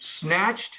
Snatched